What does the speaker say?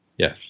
Yes